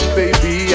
baby